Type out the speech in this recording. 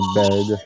bed